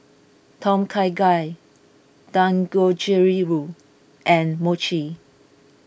Tom Kha Gai and Mochi